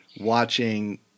watching